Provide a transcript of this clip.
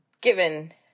given